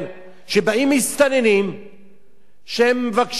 שבאים מסתננים שהם מבקשי עבודה,